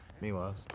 Meanwhile